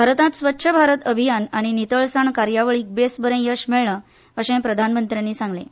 भारतांत स्वच्छ भारत अभियान आनी नितळसाण कार्यावळीक बेस बरे येस मेळ्ळें अशें प्रधानमंत्र्यांनी सांगलें